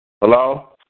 Hello